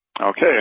Okay